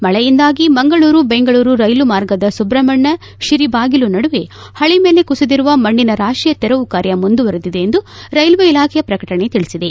ಮಳೆಯಿಂದಾಗಿ ಮಂಗಳೂರು ಬೆಂಗಳೂರು ರೈಲು ಮಾರ್ಗದ ಸುಬ್ರಹ್ಮಣ್ಯ ತಿರಿಬಾಗಿಲು ನಡುವೆ ಪಳಿ ಮೇಲೆ ಕುಸಿದಿರುವ ಮಣ್ಣಿನ ರಾತಿಯ ತೆರವು ಕಾರ್ಯ ಮುಂದುವರೆದಿದೆ ಎಂದು ರೈಲ್ವೆ ಇಲಾಖೆ ಪ್ರಕಟಣೆ ತಿಳಿಸಿದೆ